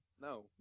No